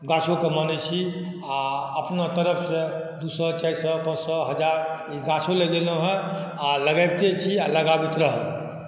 गाछोके मानै छी आओर अपना तरफसँ दू सओ चारि सओ पाँच सओ हजार ई गाछो लगेलहुँ आओर लगबिते छी आओर लगाबैत रहब